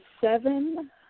seven